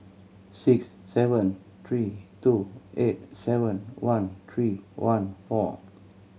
six seven three two eight seven one three one four